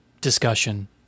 discussion